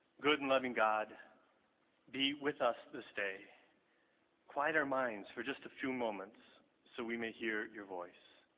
good and loving god be with us this day quiet our minds for just a few moments so we may hear your voice